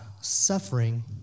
suffering